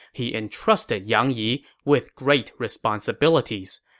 he entrusted yang yi with great responsibilities.